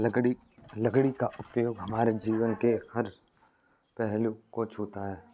लकड़ी का उपयोग हमारे जीवन के हर पहलू को छूता है